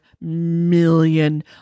million